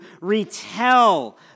retell